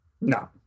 No